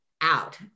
out